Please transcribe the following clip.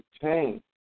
change